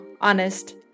honest